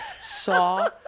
saw